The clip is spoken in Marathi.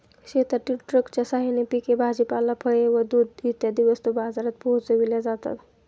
शेतातील ट्रकच्या साहाय्याने पिके, भाजीपाला, फळे व दूध इत्यादी वस्तू बाजारात पोहोचविल्या जातात